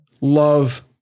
love